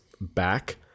back